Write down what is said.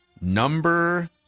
Number